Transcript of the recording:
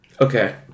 Okay